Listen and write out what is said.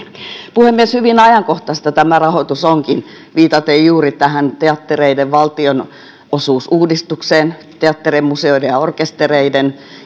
puhemies hyvin ajankohtaista tämä rahoitus onkin viitaten juuri tähän teattereiden valtionosuusuudistukseen teatterien museoiden ja orkestereiden